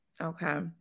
Okay